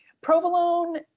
provolone